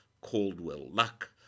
Caldwell-Luck